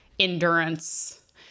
endurance